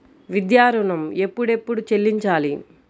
విద్యా ఋణం ఎప్పుడెప్పుడు చెల్లించాలి?